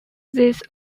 these